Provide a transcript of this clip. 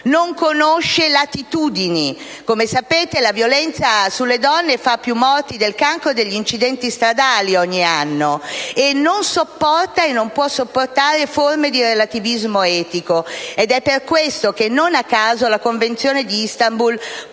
sociali e latitudini. Come sapete, la violenza sulle donne ogni anno fa più morti del cancro e degli incidenti stradali e non sopporta e non può sopportare forme di relativismo etico. È per questo che, non a caso, la Convenzione di Istanbul,